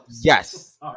Yes